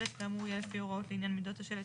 שלט כאמור יהיה לפי הוראות לעניין מידות השלט,